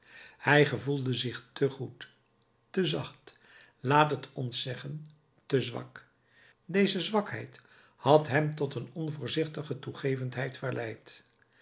hij gevoelde zich te goed te zacht laat het ons zeggen te zwak deze zwakheid had hem tot een onvoorzichtige toegevendheid verleid